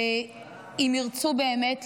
ואם ירצו באמת,